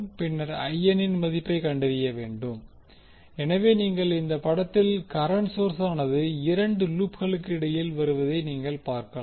பின்னர் இன் மதிப்பை கண்டறிய வேண்டும் எனவே நீங்கள் இந்த படத்தில் கரண்ட்சோர்ஸானது இரண்டு லூப்களுக்கு இடையில் வருவதை நீங்கள் பார்க்கலாம்